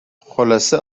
خلاصه